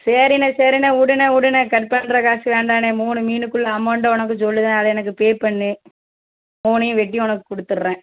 சரிண்ணே சரிண்ணே விடுண்ணே விடுண்ணே கட் பண்ணுற காசு வேண்டாண்ணே மூணு மீனுக்குள்ள அமௌண்ட்டை உனக்கு சொல்லுதேன் அதை எனக்கு பே பண்ணு மூணையும் வெட்டி உனக்கு கொடுத்துட்றேன்